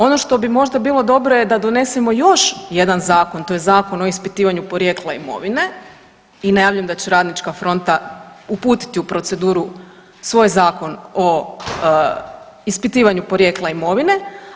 Ono što bi možda bilo dobro je da donesemo još jedan zakon jedan zakon, to je Zakon o ispitivanju porijekla imovine i najavljujem da će Radnička fronta uputiti u proceduru svoj zakon o ispitivanju porijekla imovine.